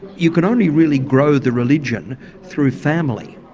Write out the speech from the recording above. you can only really grow the religion through family.